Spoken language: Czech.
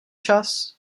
čas